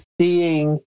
seeing